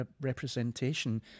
representation